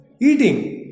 eating